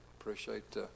Appreciate